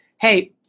hey